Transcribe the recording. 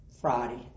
Friday